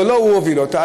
ולא הוא הוביל אותו,